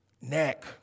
neck